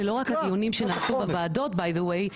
זה לא רק הדיונים שנעשו בוועדות דרך אגב,